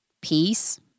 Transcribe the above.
peace